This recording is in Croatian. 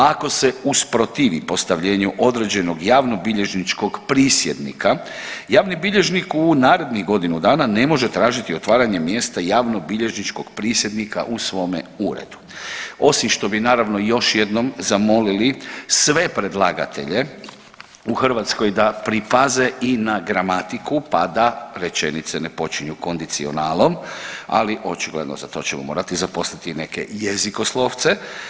Ako se usprotivi postavljenju određenog javnobilježničkog prisjednika javni bilježnik u narednih godinu dana ne može tražiti otvaranje mjesta javnobilježničkog prisjednika u svome uredu, osim što bi naravno još jednom zamolili sve predlagatelje u Hrvatskoj da pripaze i na gramatiku, pa da rečenice ne počinju kondicionalom ali očigledno za to ćemo morati zaposliti neke jezikoslovce.